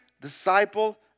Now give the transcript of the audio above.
disciple